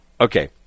okay